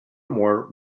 more